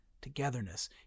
togetherness